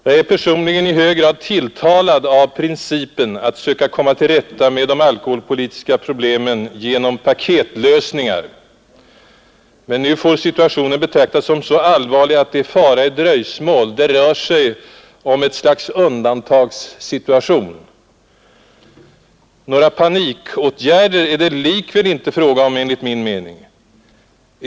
Jag är personligen i hög grad tilltalad av principen att söka komma till rätta med de alkoholpolitiska problemen genom paketlösningar. Men nu får situationen betraktas som så allvarlig, att det är fara i dröjsmål. Det rör sig uppenbart om ett slags undantagssituation. Några panikåtgärder är det likväl inte alls fråga om enligt min mening.